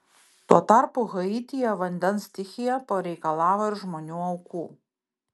tuo tarpu haityje vandens stichija pareikalavo ir žmonių aukų